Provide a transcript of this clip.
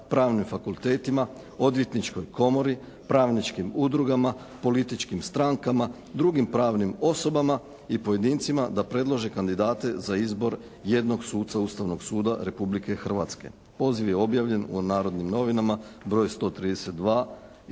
pravnim fakultetima, Odvjetničkoj komori, pravničkim udrugama, političkim strankama, drugim pravnim osobama i pojedincima da predlože kandidate za izbor jednog suca Ustavnog suda Republike Hrvatske. Poziv je objavljen u "Narodnim novinama" broj 132.